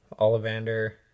Ollivander